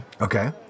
Okay